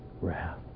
wrath